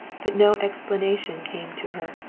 but no explanation came to her.